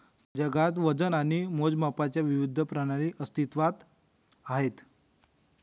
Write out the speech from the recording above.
जगात वजन आणि मोजमापांच्या विविध प्रणाली अस्तित्त्वात आहेत